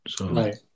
Right